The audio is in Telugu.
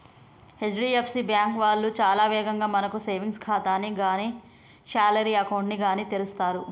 హెచ్.డి.ఎఫ్.సి బ్యాంకు వాళ్ళు చాలా వేగంగా మనకు సేవింగ్స్ ఖాతాని గానీ శాలరీ అకౌంట్ ని గానీ తెరుస్తరు